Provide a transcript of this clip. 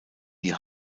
die